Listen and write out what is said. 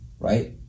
Right